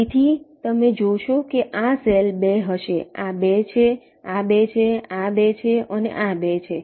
તેથી તમે જોશો કે આ સેલ 2 હશે આ 2 છે આ 2 છે આ 2 છે અને આ 2 છે